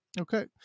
Okay